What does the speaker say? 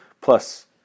plus